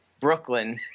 Brooklyn